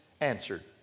answered